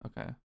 Okay